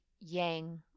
yang